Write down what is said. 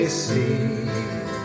see